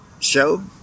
show